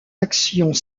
actions